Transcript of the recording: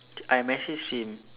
I messaged him